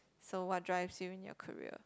so what drives you in your career